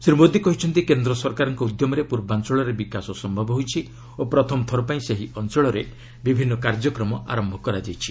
ଶ୍ରୀ ମୋଦି କହିଛନ୍ତି କେନ୍ଦ୍ର ସରକାରଙ୍କ ଉଦ୍ୟମରେ ପୂର୍ବାଞ୍ଚଳରେ ବିକାଶ ସମ୍ଭବ ହୋଇଛି ଓ ପ୍ରଥମଥର ପାଇଁ ସେହି ଅଞ୍ଚଳରେ ବିଭିନ୍ନ କାର୍ଯ୍ୟକ୍ରମ ଆରମ୍ଭ କରାଯାଇଛି